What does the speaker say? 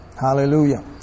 Hallelujah